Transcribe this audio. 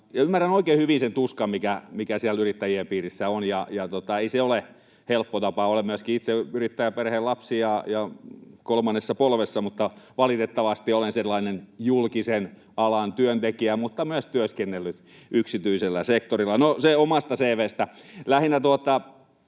ymmärrän oikein hyvin sen tuskan, mikä siellä yrittäjien piirissä on. Ei se ole helppo tapa. Olen myöskin itse yrittäjäperheen lapsi, kolmannessa polvessa. Valitettavasti olen sellainen julkisen alan työntekijä mutta myös työskennellyt yksityisellä sektorilla. No, se omasta CV:stä. Lähinnä tässä